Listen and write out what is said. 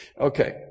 Okay